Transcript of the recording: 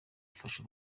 ifashe